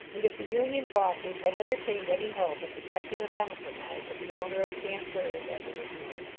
and if the union bosses had entertained any hope of effecting a compromise with the owner of camp bird, as it was known,